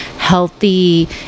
healthy